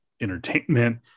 Entertainment